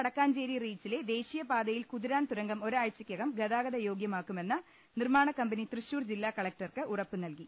മണ്ണുത്തി വടക്കാഞ്ചേരി റീച്ചിലെ ദേശീയ പാതയിൽ കുതി രാൻ തുരങ്കം ഒരാഴ്ച്ചക്കകം ഗതാഗത യോഗ്യമാക്കുമെന്ന് നിർമ്മാണ കമ്പനി തൃശൂർ ജില്ലാ കലക്ടർക്ക് ഉറപ്പ് നൽകി